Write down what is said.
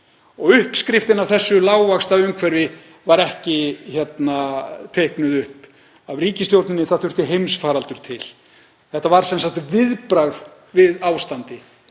og uppskriftin að þessu lága vaxtaumhverfi var ekki teiknuð upp af ríkisstjórninni, það þurfti heimsfaraldur til. Þetta var sem sagt viðbragð við ástandi